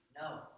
No